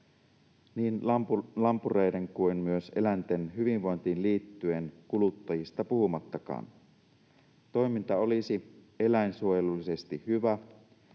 niin lampureiden kuin myös eläinten hyvinvointiin liittyen, kuluttajista puhumattakaan. Toiminta olisi eläinsuojelullisesti hyvää.